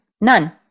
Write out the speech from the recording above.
None